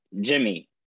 Jimmy